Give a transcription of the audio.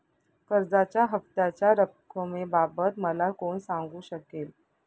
कर्जाच्या हफ्त्याच्या रक्कमेबाबत मला कोण सांगू शकेल?